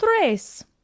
tres